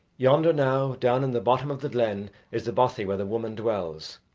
yonder, now, down in the bottom of the glen is the bothy where the woman dwells,